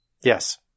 Yes